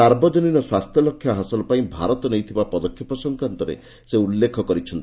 ସାର୍ବଜନୀନ ସ୍ୱାସ୍ଥ୍ୟ ଲକ୍ଷ୍ୟ ହାସଲ ପାଇଁ ଭାରତ ନେଇଥିବା ପଦକ୍ଷେପ ସଂକ୍ରାନ୍ତରେ ସେ ଉଲ୍ଲେଖ କରିଛନ୍ତି